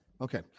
okay